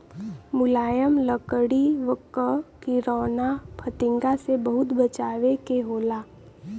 मुलायम लकड़ी क किरौना फतिंगा से बहुत बचावे के होला